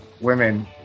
women